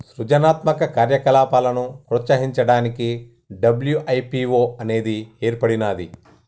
సృజనాత్మక కార్యకలాపాలను ప్రోత్సహించడానికి డబ్ల్యూ.ఐ.పీ.వో అనేది ఏర్పడినాది